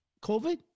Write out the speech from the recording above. COVID